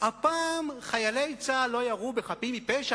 הפעם חיילי צה"ל לא ירו בחפים מפשע,